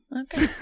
Okay